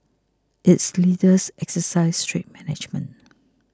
its leaders exercise strict management